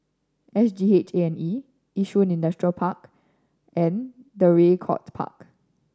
S G H A and E Yishun Industrial Park and Draycott Park